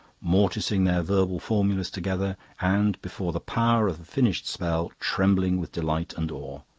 morticing their verbal formulas together, and, before the power of the finished spell, trembling with delight and awe.